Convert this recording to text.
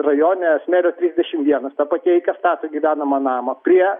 rajone smėlio trisdešimt vienas ta pati eika stato gyvenamą namą prie